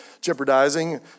jeopardizing